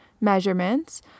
measurements